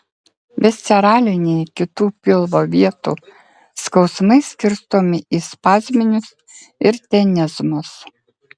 visceraliniai kitų pilvo vietų skausmai skirstomi į spazminius ir tenezmus